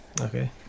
Okay